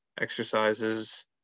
exercises